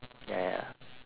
ya ya